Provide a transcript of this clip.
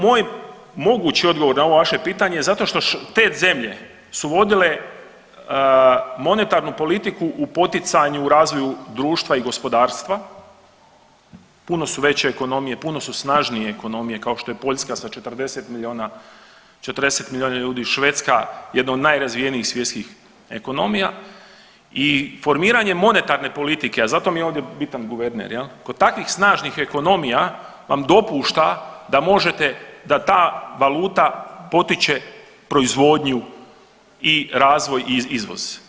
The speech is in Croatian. Moj mogući odgovor na ovo vaše pitanje, zato što te zemlje su vodile monetarnu politiku u poticanju u razvoju društva i gospodarstva, puno su veće ekonomije, puno su snažnije ekonomije, kao što je Poljska sa 40 milijuna ljudi, švedska, jedna od najrazvijenijih svjetskih ekonomija i formiranje monetarne politike, a zato mi je ovdje bitan guverner, je li, kod takvih snažnih ekonomija vam dopušta da možete, da ta valuta potiče proizvodnju i razvoj i izvoz.